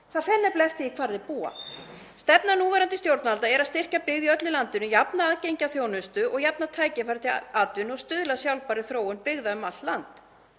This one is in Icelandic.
Það fer nefnilega eftir því hvar þeir búa. Stefna núverandi stjórnvalda er að styrkja byggð í öllu landinu, jafna aðgengi að þjónustu, jafna tækifæri til atvinnu og stuðla að sjálfbærri þróun byggða um allt land.